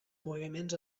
moviments